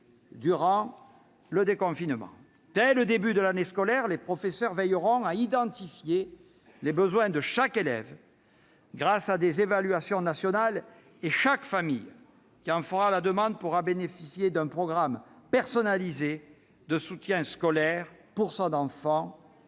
durant le confinement. Ainsi, dès le début de l'année scolaire, les professeurs veilleront à identifier les besoins de chaque élève, grâce à des évaluations nationales. Chaque famille qui en fera la demande pourra bénéficier pour son enfant d'un programme personnalisé de soutien scolaire au cours du